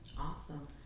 awesome